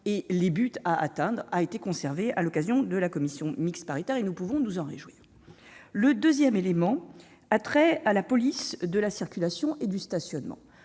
et les objectifs à atteindre a été conservé à l'occasion de la commission mixte paritaire. Nous pouvons nous en réjouir. Le deuxième élément a trait à la police de la circulation et du stationnement.